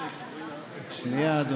נא לשבת,